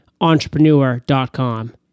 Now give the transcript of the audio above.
entrepreneur.com